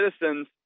citizens